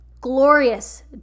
glorious